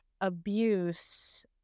abuse